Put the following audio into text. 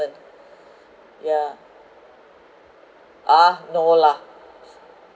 yeah ah no lah